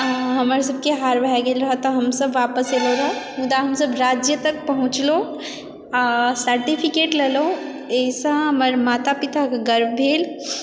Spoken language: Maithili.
हमर सबकेँ हार भए गेल रहै तऽ हमसब वापस एलहुँ रहऽ मुदा हमसब राज्य तक पहुँचलहुँ आओर सर्टिफिकेट लेलहुँ एहिसँ हमर माता पिताकेँ गर्व भेलन्हि